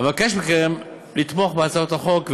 אבקש מכם לתמוך בהצעות החוק,